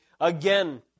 again